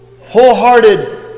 wholehearted